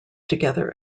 together